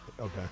Okay